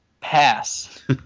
Pass